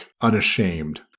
unashamed